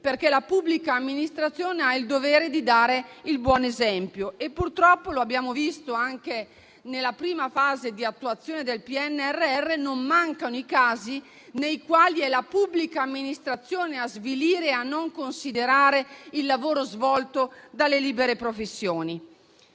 perché la pubblica amministrazione ha il dovere di dare il buon esempio e purtroppo - lo abbiamo visto anche nella prima fase di attuazione del PNRR - non mancano i casi nei quali è essa stessa invece a svilire e a non considerare il lavoro svolto dalle libere professioni.